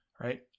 right